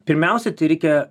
pirmiausia tai reikia